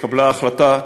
התקבלה החלטה,